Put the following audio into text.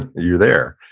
you're there.